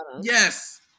yes